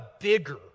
bigger